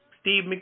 Steve